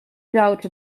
doubt